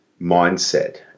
mindset